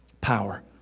power